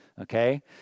okay